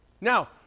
Now